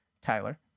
Tyler